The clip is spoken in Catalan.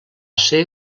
ser